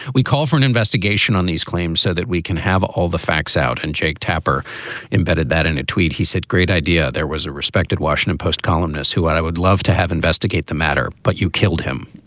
we call for an investigation on these claims so that we can have all the facts out. and jake tapper embedded that in a tweet. he said, great idea. there was a respected washington post columnists who i would love to have investigate the matter. but you killed him